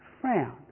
frown